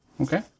Okay